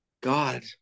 God